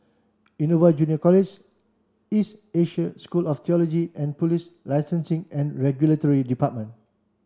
Innova Junior College East Asia School of Theology and Police Licensing and Regulatory Department